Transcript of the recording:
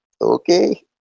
okay